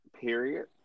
period